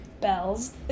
bells